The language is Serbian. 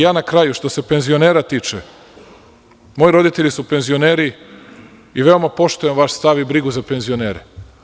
Na kraju, što se penzionera tiče, moji roditelji su penzioneri i veoma poštujem vaš stav i brigu za penzionere.